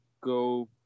go